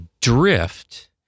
drift